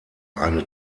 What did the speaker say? eine